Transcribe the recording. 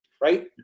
right